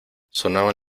sonaban